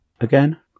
again